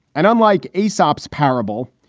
and unlike aesop's parable,